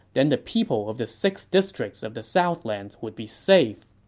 then the people of the six districts of the southlands will be safe.